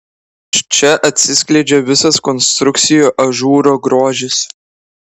iš čia atsiskleidžia visas konstrukcijų ažūro grožis